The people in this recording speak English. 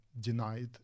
denied